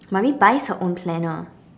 mummy buys her own planner